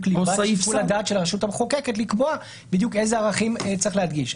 ליבת שיקול הדעת של הרשות המחוקקת לקבוע בדיוק אלו ערכים צריך להדגיש.